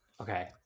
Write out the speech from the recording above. Okay